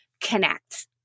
connect